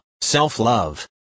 self-love